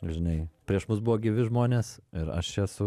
žinai prieš mus buvo gyvi žmonės ir aš esu